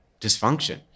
dysfunction